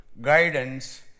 guidance